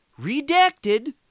redacted